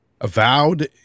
avowed